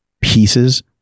pieces